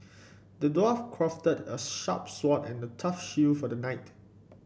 the dwarf crafted a sharp sword and a tough shield for the knight